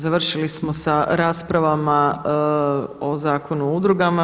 Završili smo sa raspravama o Zakonu o udrugama.